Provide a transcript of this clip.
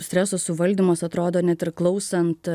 streso suvaldymas atrodo net ir klausant